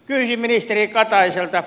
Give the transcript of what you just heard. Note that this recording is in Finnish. kysyisin ministeri kataiselta